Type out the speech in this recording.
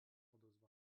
odozva